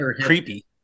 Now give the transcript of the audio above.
creepy